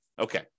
Okay